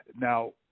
Now